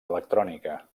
electrònica